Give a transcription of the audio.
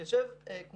יושב משרד הבריאות,